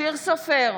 אופיר סופר,